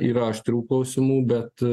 yra aštrių klausimų bet